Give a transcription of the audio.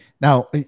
now